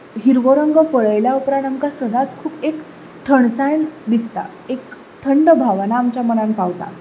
हिरवो रंग पळयल्या उपरांत आमकां सदांच खूब एक थंडसाण दिसता एक थंड भावना आमच्या मनाक पावता